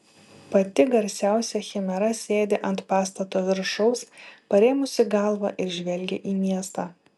pati garsiausia chimera sėdi ant pastato viršaus parėmusi galvą ir žvelgia į miestą